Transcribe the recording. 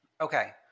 okay